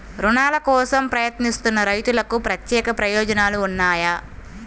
రుణాల కోసం ప్రయత్నిస్తున్న రైతులకు ప్రత్యేక ప్రయోజనాలు ఉన్నాయా?